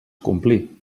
complir